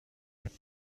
ets